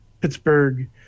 Pittsburgh